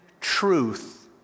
truth